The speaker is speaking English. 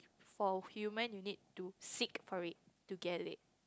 for human you need to seek for it to get it